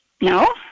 No